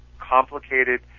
complicated